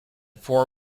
four